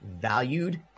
valued